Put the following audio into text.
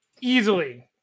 easily